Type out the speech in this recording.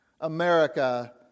america